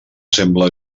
sembla